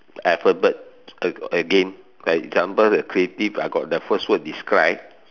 alphabet a~ again like example the creative I got the first word describe